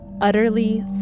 utterly